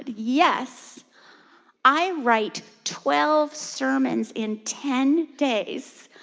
ah yes i write twelve sermons in ten days.